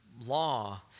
law